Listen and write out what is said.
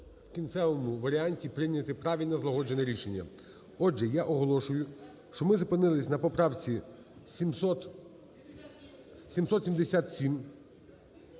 в кінцевому варіанті прийняти правильне й злагоджене рішення. Отже, я оголошую, що ми зупинились на поправці 777.